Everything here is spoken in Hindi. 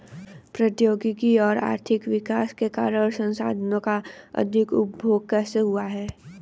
प्रौद्योगिक और आर्थिक विकास के कारण संसाधानों का अधिक उपभोग कैसे हुआ है?